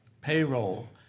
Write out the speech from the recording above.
payroll